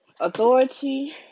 Authority